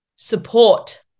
support